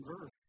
verse